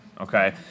okay